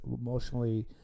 emotionally